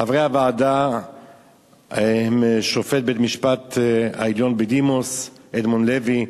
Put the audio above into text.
חברי הוועדה הם שופטי בית-המשפט העליון בדימוס אדמונד לוי,